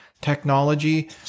technology